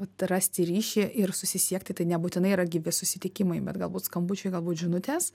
atrasti ryšį ir susisiekti tai nebūtinai yra gyvi susitikimai bet galbūt skambučiai galbūt žinutės